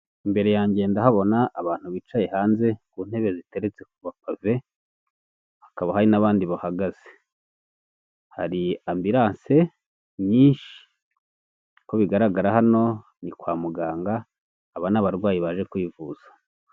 Imbere yange ndahabona abantu bicaye hanze ku ntebe ziteretse ku mapave, hakaba hari n'abandi bahagaze, hari ambirance nyinshi, uko bigaragara hano ni kwa muganga, aba ni abarwayi baje kwivuza.